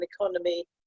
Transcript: economy